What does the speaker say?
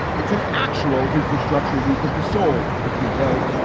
it's an actual infrastructure week of the soul, if you will.